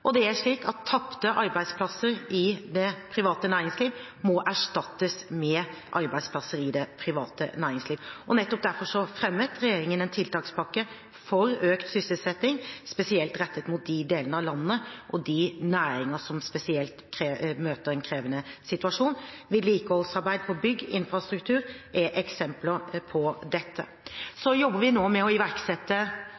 Tapte arbeidsplasser i det private næringsliv må erstattes med arbeidsplasser i det private næringsliv. Nettopp derfor la regjeringen fram en tiltakspakke for økt sysselsetting, spesielt rettet mot de delene av landet og de næringene som spesielt møter en krevende situasjon. Vedlikeholdsarbeid på bygg og infrastruktur er eksempler på dette.